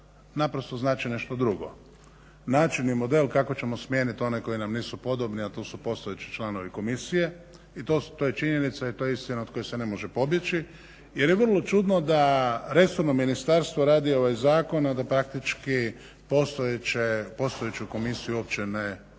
naprosto znači nešto drugo. Način i model kako ćemo smijeniti one koji nam nisu podobni, a to su postojeći članovi komisije i to je činjenica jer to je istina od koje se ne može pobjeći jer je vrlo čudno da resorno ministarstvo radi ovaj zakon a da taktički postojeću komisiju uopće ne